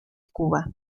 cuba